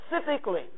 specifically